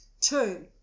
two